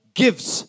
gives